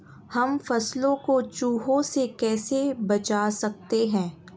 हम फसलों को चूहों से कैसे बचा सकते हैं?